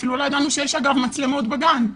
אפילו לא ידענו שיש לה מצלמות בגן.